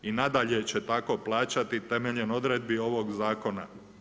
I nadalje će tako plaćati temeljem odredbi ovoga zakona.